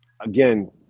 again